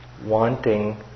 wanting